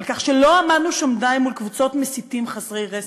על כך שלא עמדנו שם די מול קבוצות מסיתים חסרי רסן,